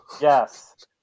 Yes